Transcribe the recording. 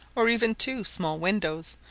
or even two small windows,